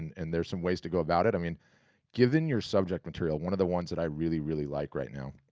and there's some ways to go about it. i mean given your subject material, one of the ones that i really, really like right now,